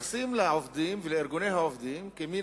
מתייחסים לעובדים ולארגוני העובדים כאל מין